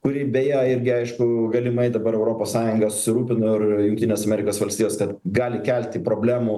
kuri beje irgi aišku galimai dabar europos sąjunga susirūpino ir jungtinės amerikos valstijos kad gali kelti problemų